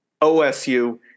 OSU